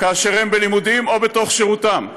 כאשר הם בלימודים או בתוך שירותם,